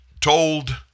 told